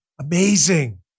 Amazing